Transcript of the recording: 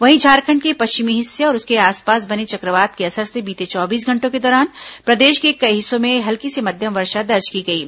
वहीं झारखंड के पश्चिमी हिस्से और उसके आसपास बने चक्रवात के असर से बीते चौबीस घंटों के दौरान प्रदेश के कई हिस्सों में हल्की से मध्यम वर्षा दर्ज की गई है